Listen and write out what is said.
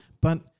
but-